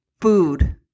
food